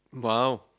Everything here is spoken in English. Wow